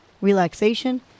relaxation